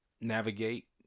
navigate